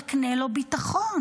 תקנה לו ביטחון.